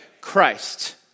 Christ